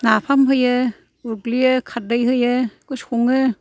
नाफाम होयो उरग्लियो खारदै होयो सङो